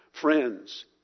Friends